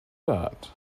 that